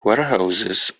warehouses